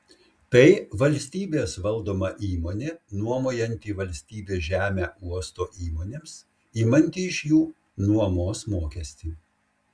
tai valstybės valdoma įmonė nuomojanti valstybės žemę uosto įmonėms imanti iš jų nuomos mokestį